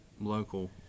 local